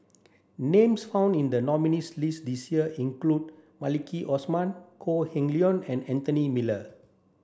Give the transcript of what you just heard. names found in the nominees' list this year include Maliki Osman Kok Heng Leun and Anthony Miller